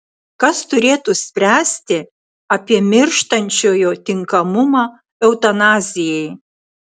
kas turėtų spręsti apie mirštančiojo tinkamumą eutanazijai